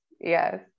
Yes